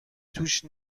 توش